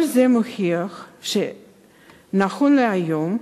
כל זה מוכיח שאין, נכון להיום,